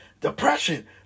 depression